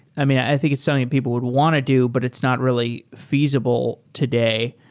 i mean, i think it's something that people would want to do, but it's not really feasible today.